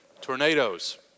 tornadoes